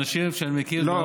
אנשים שאני מכיר מקרוב אני גם,